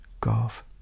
golf